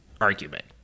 argument